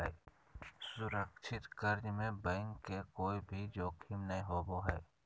सुरक्षित कर्ज में बैंक के कोय भी जोखिम नय होबो हय